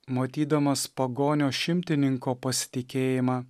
matydamas pagonio šimtininko pasitikėjimą